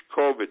COVID